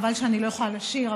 חבל שאני לא יכולה לשיר,